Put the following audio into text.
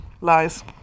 Lies